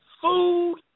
food